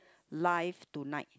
live tonight